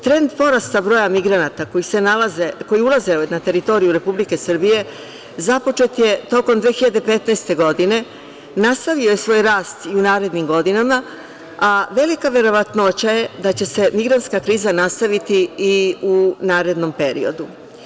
Trend porasta broja migranata koji ulaze na teritoriju Republike Srbije započet je tokom 2015. godine i nastavio svoj rast i u narednim godinama, a velika verovatnoća je da će se migrantska kriza nastaviti i u narednom periodu.